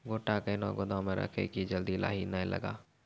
गोटा कैनो गोदाम मे रखी की जल्दी लाही नए लगा?